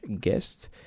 guest